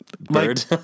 Bird